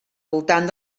voltant